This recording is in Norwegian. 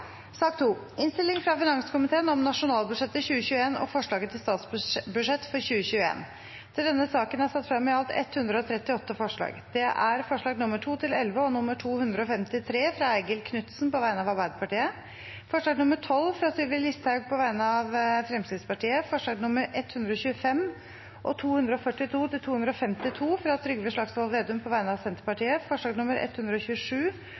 satt frem i alt 138 forslag. Det er forslagene nr. 2–11 og 253, fra Eigil Knutsen på vegne av Arbeiderpartiet forslag nr. 12, fra Sylvi Listhaug på vegne av Fremskrittspartiet forslagene nr. 125 og 242–252, fra Trygve Slagsvold Vedum på vegne av Senterpartiet forslagene nr. 127